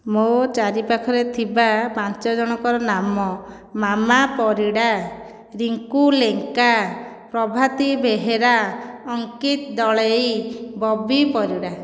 ମୋ ଚାରିପାଖରେ ଥିବା ପାଞ୍ଚ ଜଣଙ୍କର ନାମ ମାମା ପରିଡ଼ା ରୀଙ୍କୁ ଲେଙ୍କା ପ୍ରଭାତୀ ବେହେରା ଅଙ୍କିତ ଦଳେଇ ବବି ପରିଡ଼ା